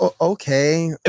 Okay